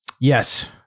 Yes